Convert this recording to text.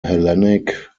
hellenic